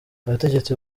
abategetsi